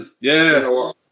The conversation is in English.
Yes